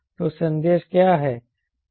तो संदेश क्या है